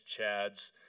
chads